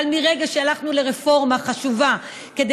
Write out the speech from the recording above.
אבל מרגע שהלכנו לרפורמה חשובה כדי